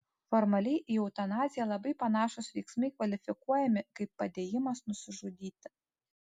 formaliai į eutanaziją labai panašūs veiksmai kvalifikuojami kaip padėjimas nusižudyti